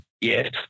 Yes